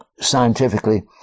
scientifically